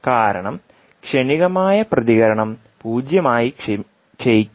കാരണം ക്ഷണികമായ പ്രതികരണം പൂജ്യമായി ക്ഷയിക്കില്ല